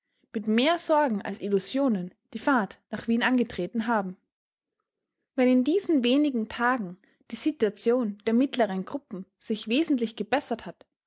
mit mehr sorgen als illusionen die fahrt nach wien angetreten haben wenn in diesen wenigen tagen die situation der mittleren gruppen sich wesentlich gebessert hat